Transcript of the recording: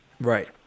Right